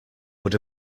would